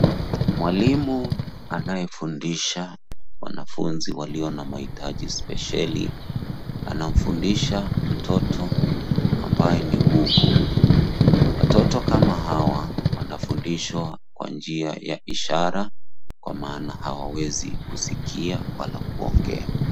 Mwalimu anayefundisha wanafunzi walio na maitaji spesheli anafundisha mtoto ambaye ni bubu.